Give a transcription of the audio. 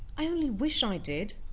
i only wish i did.